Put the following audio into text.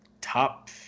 top